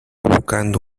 buscando